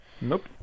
Nope